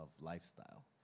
lifestyle